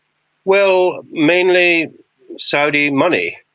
well, mainly saudi money.